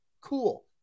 cool